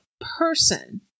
person